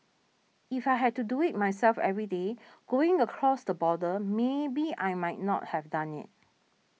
if I had to do it myself every day going across the border maybe I might not have done it